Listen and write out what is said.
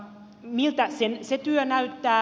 miltä se työ näyttää